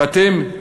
ואתם,